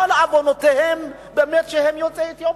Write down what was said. כל עוונם הוא באמת שהם יוצאי אתיופיה.